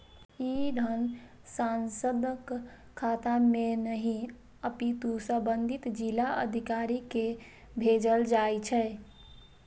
ई धन सांसदक खाता मे नहि, अपितु संबंधित जिलाधिकारी कें भेजल जाइ छै